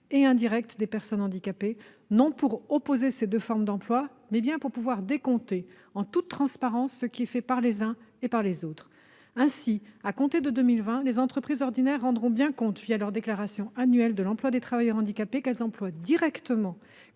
indirect des personnes handicapées, non pour opposer ces deux formes d'emploi, mais bien pour pouvoir décompter, en toute transparence, ce qui est fait par les uns et par les autres. Ainsi, à compter de 2020, les entreprises ordinaires rendront bien compte, leur déclaration annuelle, du nombre de travailleurs handicapés qu'elles emploient directement,